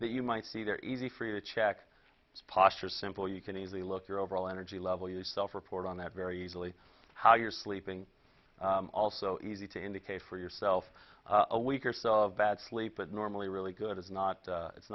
that you might see there easy for you to check posture simple you can easily look your overall energy level you self report on that very easily how you're sleeping also easy to indicate for yourself a week or so of bad sleep but normally really good is not it's